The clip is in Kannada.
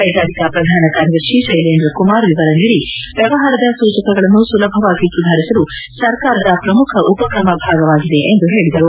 ಕ್ಲೆಗಾರಿಕಾ ಪ್ರಧಾನ ಕಾರ್ಯದರ್ತಿ ಶ್ಯೆಲೇಂದ್ರ ಕುಮಾರ್ ವಿವರ ನೀಡಿ ವ್ಲಹಾರದ ಸೂಚಕಗಳನ್ನು ಸುಲಭವಾಗಿ ಸುಧಾರಿಸಲು ಸರ್ಕಾರದ ಪ್ರಮುಖ ಉಪಕ್ರಮದ ಭಾಗವಾಗಿದೆ ಎಂದು ಹೇಳಿದರು